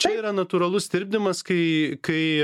čia yra natūralus tirpdymas kai kai